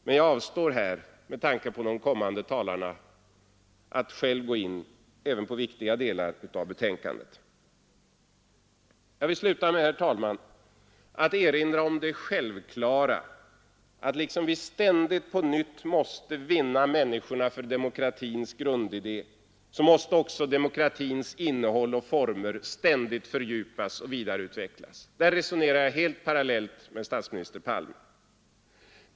Men jag avstår med tanke på de kommande talarna från att själv gå in även på viktiga delar av betänkandet Jag vill sluta, herr talman, med att erinra om det självklara i att liksom vi ständigt på nytt måste vinna människorna för demokratins grundidé måste också demokratins innehåll och former ständigt fördjupas och vidareutvecklas. Där resonerar jag helt parallellt med statsminister Palme.